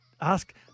Ask